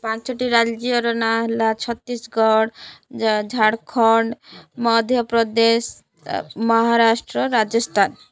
ପାଞ୍ଚଟି ରାଜ୍ୟର ନାଁ ହେଲା ଛତିଶଗଡ଼ ଝାଡ଼ଖଣ୍ଡ ମଧ୍ୟପ୍ରଦେଶ ମହାରାଷ୍ଟ୍ର ରାଜସ୍ଥାନ